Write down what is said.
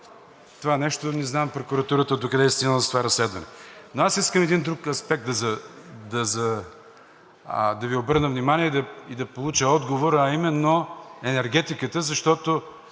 това нещо не знам прокуратурата докъде е стигнала с разследването? Но аз искам на един друг аспект да Ви обърна внимание и да получа отговор, а именно: енергетиката. Защото